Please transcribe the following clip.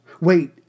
wait